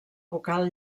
vocal